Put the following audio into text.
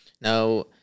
Now